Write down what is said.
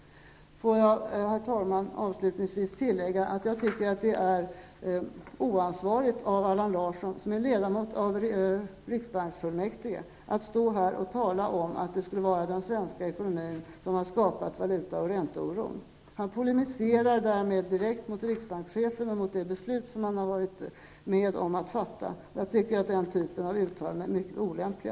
Får jag, herr talman, avslutningsvis tillägga att jag tycker att det är oansvarigt av Allan Larsson, som är ledamot av riksbanksfullmäktige, att stå här och tala om att det skulle vara den svenska ekonomin som har skapat valuta och ränteoron. Han polemiserar därmed direkt mot riksbankschefen och mot det beslut som han har varit med om att fatta. Jag tycker att den typen av utfall är mycket olämpliga.